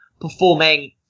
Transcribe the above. performing